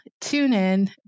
TuneIn